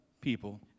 People